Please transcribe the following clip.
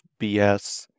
BS